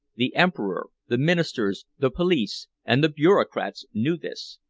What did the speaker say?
the emperor, the ministers, the police, and the bureaucrats knew this,